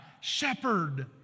shepherd